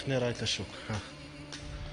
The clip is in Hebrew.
את הקשר המיוחד,